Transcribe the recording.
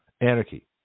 Anarchy